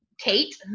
Kate